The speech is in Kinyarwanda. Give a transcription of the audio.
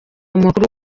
mukuru